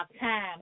time